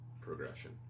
progression